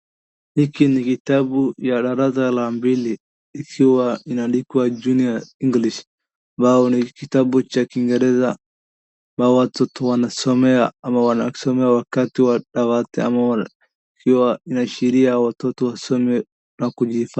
Hiki ni kitabu ya darasa la mbili, ikiwa inaandikwa Junior English , ambao ni kitabu cha kingereza, ambao watoto wanasomea, ama wanasomea wakati wa dawati, ama ikiwa inaashiria watoto wasome na kukihifadhi.